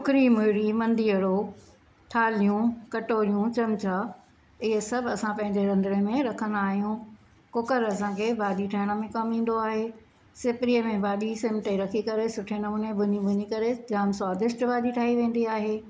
उखरी मुहिड़ी मंदीहणो थालियूं कटोरियूं चमचा इहे सभु असां पंहिंजे रंधणे में रखंदा आहियूं कूकरु असां खे भाॼी ठाहिण में कमु इंदो आहे सिपरीअ में भाॼी सीम ते रखी करे सुठे नमूने भुञी भुञी करे जाम स्वादिष्ट भाॼी ठाही वेंदी आहे